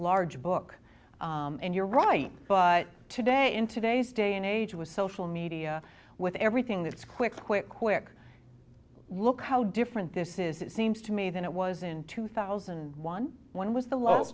large book and you're right but today in today's day and age with social media with everything that's quick quick quick look how different this is it seems to me than it was in two thousand and one when was the l